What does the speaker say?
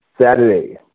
Saturday